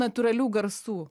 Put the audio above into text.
natūralių garsų